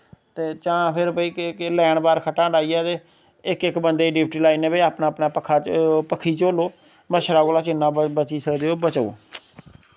ते जां फिर भाई लैन बार खट्टां डाहियै ते इक इक बंदे दी डयूटी लाई ओड़ने भाई अपना अपना पक्खी झोल्लो मच्छरै कोला जिन्ना बची सकदे ओ उन्ना बचो